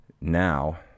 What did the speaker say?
now